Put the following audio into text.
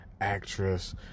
actress